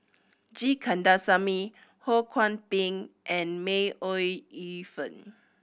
G Kandasamy Ho Kwon Ping and May Ooi Yu Fen